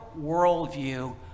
worldview